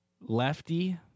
lefty